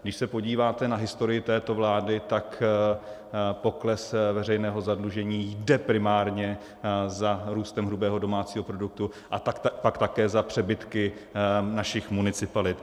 Když se podíváte na historii této vlády, tak pokles veřejného zadlužení jde primárně za růstem hrubého domácího produktu a pak také za přebytky našich municipalit.